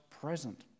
present